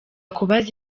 kubaza